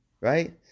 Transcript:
right